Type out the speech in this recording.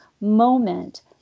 moment